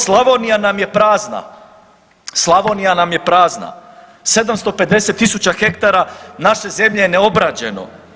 Slavonija nam je prazna, Slavonija nam je prazna, 750.000 hektara naše zemlje je neobrađeno.